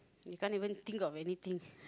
we can't even think of anything